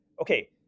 okay